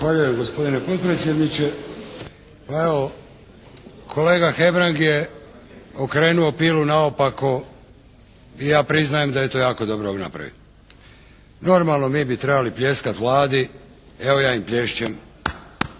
Zahvaljujem gospodine potpredsjedniče. Pa evo, kolega Hebrang je okrenuo pilu naopako i ja priznajem da je to jako dobro napravio. Normalno mi bi trebali pljeskati Vladi evo, ja im plješćem,